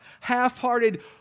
half-hearted